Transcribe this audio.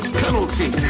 penalty